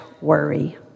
worry